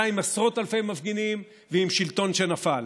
עם עשרות אלפי מפגינים ועם שלטון שנפל.